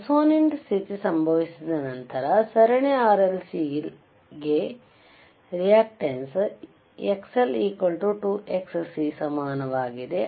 resonant ಸ್ಥಿತಿ ಸಂಭವಿಸಿದ ನಂತರ ಸರಣಿ RLC ಲೆಗ್ ನ ರಿಯಾಕ್ಟೆಂಸ್ Xl 2XC ಸಮನಾಗಿದೆ